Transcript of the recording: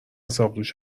ساقدوش